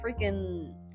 freaking